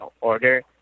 order